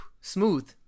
smooth